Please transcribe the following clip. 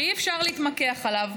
שאי-אפשר להתמקח עליו.